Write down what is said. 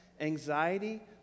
anxiety